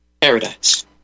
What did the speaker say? paradise